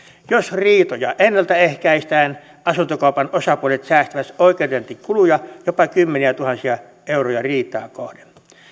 jos riitoja ennaltaehkäistään asuntokaupan osapuolet säästävät oikeudenkäyntikuluja jopa kymmeniätuhansia euroja riitaa kohden